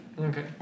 Okay